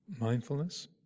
mindfulness